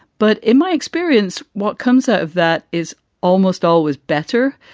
but in my experience, what comes out of that is almost always better.